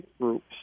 groups